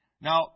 Now